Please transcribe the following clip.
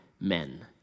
men